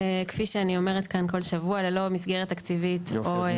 כפי שאני אומרת כאן בכל שבוע, ללא מסגרת תקציבית.